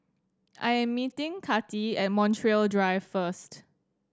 I am meeting Kati at Montreal Drive first